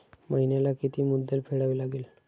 महिन्याला किती मुद्दल फेडावी लागेल?